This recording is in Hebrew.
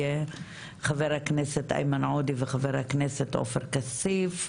חבר הכנסת איימן עודה וחבר הכנסת עופר כסיף.